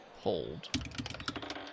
Hold